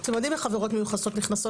אבל אתם יודעים איך עבירות מיוחסות נכנסות